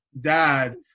dad